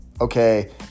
okay